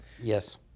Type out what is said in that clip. Yes